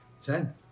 Ten